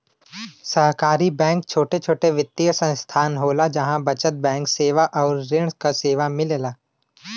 सहकारी बैंक छोट छोट वित्तीय संस्थान होला जहा बचत बैंक सेवा आउर ऋण क सेवा मिलेला